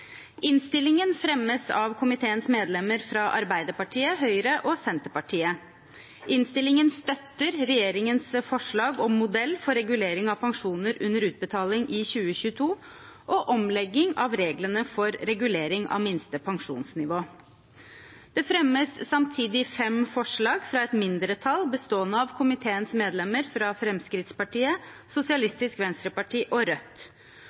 Innstillingen fremmes av komiteens medlemmer fra Arbeiderpartiet, Høyre og Senterpartiet. Innstillingen støtter regjeringens forslag om modell for regulering av pensjoner under utbetaling i 2022 og omlegging av reglene for regulering av minste pensjonsnivå. Det fremmes samtidig fem forslag fra et mindretall bestående av komiteens medlemmer fra Fremskrittspartiet, Sosialistisk Venstreparti og Rødt.